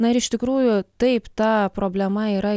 na ir iš tikrųjų taip ta problema yra